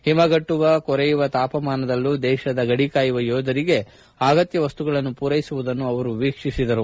ಹಿಮಗಟ್ಟುವ ಕೊರೆಯುವ ತಾಪಮಾನದಲ್ಲೂ ದೇಶದ ಗಡಿ ಕಾಯುವ ಯೋಧರಿಗೆ ಅಗತ್ತ ವಸ್ತುಗಳನ್ನು ಪೂರೈಸುವುದನ್ನು ಅವರು ವೀಕ್ಷಿಸಿದರು